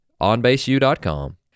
onbaseu.com